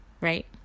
right